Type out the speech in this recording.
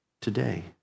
today